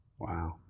Wow